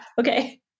Okay